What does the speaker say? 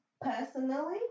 personally